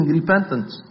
repentance